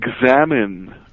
examine